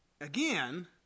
Again